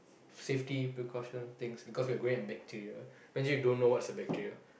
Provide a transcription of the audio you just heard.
safety precautional things because we're growing a bacteria imagine you don't know what's a bacteria